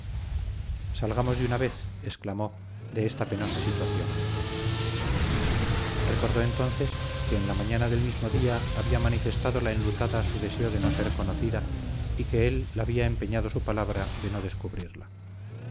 salgamos de una vez exclamó de esta penosa situación recordó entonces que en la mañana del mismo día había manifestado la enlutada su deseo de no ser conocida y que él la había empeñado su palabra de no descubrirla